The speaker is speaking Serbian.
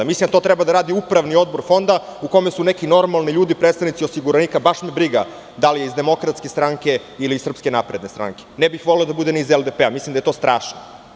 Mislim da to treba da radi Upravni odbor fonda u kome su neki normalni ljudi predstavnici osiguranika, baš me briga da li je iz DS ili iz SNS, ne bih voleo da bude ni iz LDP, mislim da je to strašno.